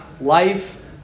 life